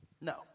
No